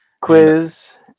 Quiz